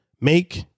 make